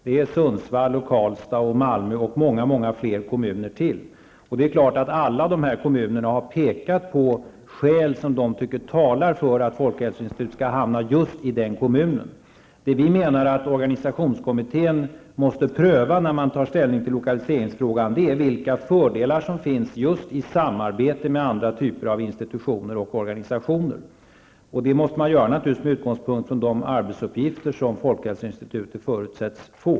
Det är fråga om Sundsvall, Karlstad, Malmö och många många fler kommuner. Det är klart att alla dessa kommuner har pekat på skäl som de tycker talar för att folkhälsoinstitutet skall hamna just i den kommunen. Det vi menar att organisationskommittén måste pröva när man tar ställning till lokaliseringsfrågan är vilka fördelar som finns just i samarbete med andra typer av institutioner och organisationer. Detta måste naturligtvis ske med utgångspunkt i de arbetsuppgifter som folkhälsoinstitutet förutsätts få.